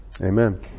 amen